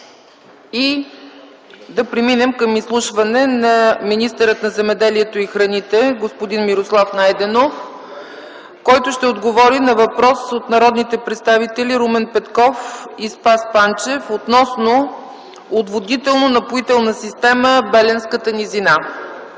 Ще преминем към изслушване на министъра на земеделието и храните господин Мирослав Найденов, който ще отговори на въпрос от народните представители Румен Петков и Спас Панчев, относно Отводнително-напоителна система „Беленската низина”.